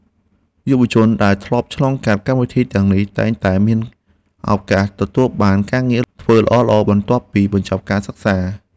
យុវជនដែលធ្លាប់ឆ្លងកាត់កម្មវិធីទាំងនេះតែងតែមានឱកាសទទួលបានការងារធ្វើល្អៗបន្ទាប់ពីបញ្ចប់ការសិក្សា។